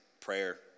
prayer